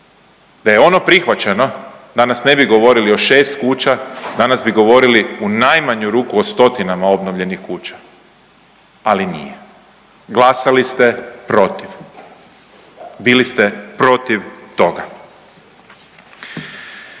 da je ono prihvaćeno danas ne bi govorili o 6 kuća, danas bi govorili u najmanju ruku o stotinama obnovljenih kuća, ali nije. Glasali ste protiv. Bili ste protiv toga.